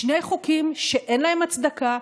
שני חוקים שאין להם הצדקה,